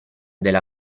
della